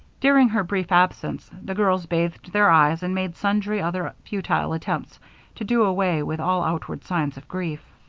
during her brief absence, the girls bathed their eyes and made sundry other futile attempts to do away with all outward signs of grief.